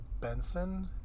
benson